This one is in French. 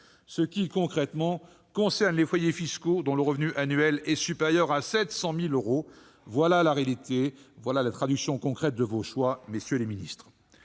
Concrètement, cela concerne les foyers fiscaux dont le revenu annuel est supérieur à 700 000 euros. Telle est la réalité, la traduction concrète de vos choix, messieurs les ministres.